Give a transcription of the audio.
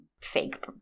fake